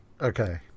Okay